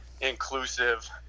inclusive